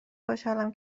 خوشحالم